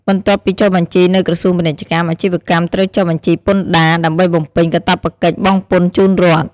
បន្ទាប់ពីចុះបញ្ជីនៅក្រសួងពាណិជ្ជកម្ម អាជីវកម្មត្រូវចុះបញ្ជីពន្ធដារ ដើម្បីបំពេញកាតព្វកិច្ចបង់ពន្ធជូនរដ្ឋ។